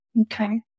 Okay